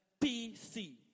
PC